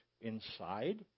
inside